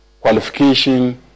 qualification